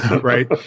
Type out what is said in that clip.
right